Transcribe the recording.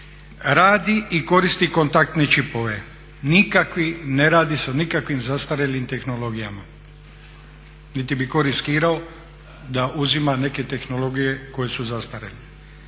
radi i koristi kontaktne čipove. Nikakvi, ne radi se o nikakvim zastarjelim tehnologijama niti bi tko riskirao da uzima neke tehnologije koje su zastarjele.